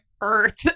earth